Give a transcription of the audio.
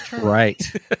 Right